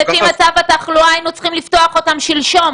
לפי מצב התחלואה היינו צריכים לפתוח אותם שלשום,